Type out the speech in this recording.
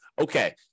okay